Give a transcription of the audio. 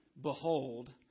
Behold